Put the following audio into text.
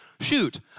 Shoot